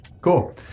Cool